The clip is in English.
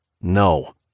No